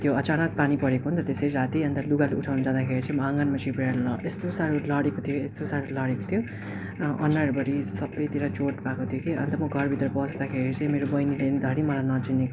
त्यो अचानक पानी परेको नि त त्यो चाहिँ राति अन्त लुगा उठाउनु जाँदाखेरि चाहिँ म आँगनमा चिप्लेर ल यस्तो साह्रो लडेको थियो यस्तो साह्रो लडेको थियो अनुहारभरि सबैतिर चोट भएको थियो कि अन्त म घरभित्र पस्दाखेरि चाहिँ मेरो बहिनीले धरी मलाई नचिनेको